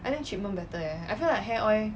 I think treatment better eh I feel like hair oil